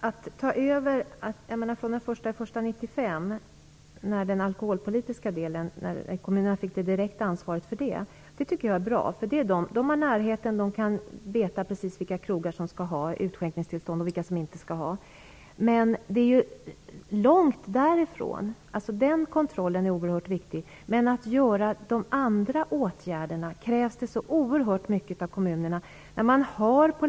Fru talman! Sedan den 1 januari 1995 har kommunerna det direkta ansvaret för den alkoholpolitiska delen. Det tycker jag är bra genom närheten. Kommunerna vet precis vilka krogar som skall ha utskänkningstillstånd och vilka som inte skall ha det. Men steget därifrån är långt. Den kontrollen är alltså oerhört viktig, men beträffande de andra åtgärderna krävs det oerhört mycket av kommunerna.